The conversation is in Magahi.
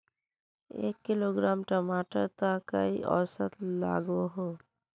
एक किलोग्राम टमाटर त कई औसत लागोहो?